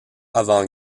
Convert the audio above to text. avant